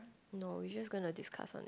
no we just gonna discuss on it